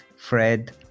Fred